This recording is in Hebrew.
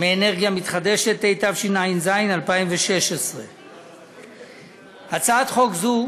מאנרגיה מתחדשת), התשע"ז 2016. הצעת חוק זו